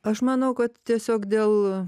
aš manau kad tiesiog dėl